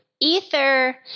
Ether